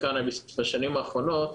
כדי להחזיק 10 גרם קנאביס בבית חולים,